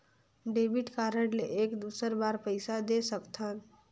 Debit card ले एक दुसर बार पइसा दे सकथन?